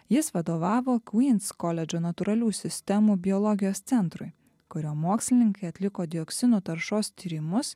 jis vadovavo qvyns koledžo natūralių sistemų biologijos centrui kurio mokslininkai atliko dioksinų taršos tyrimus